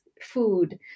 food